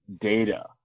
data